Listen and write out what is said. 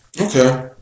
Okay